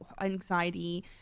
anxiety